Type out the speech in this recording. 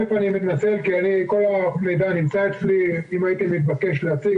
אני מתנצל כי כל המידע נמצא אצלי ואם הייתי מתבקש להביא,